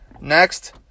Next